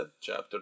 Chapter